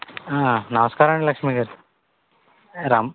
నమస్కారమండి లక్ష్మి గారు రమ్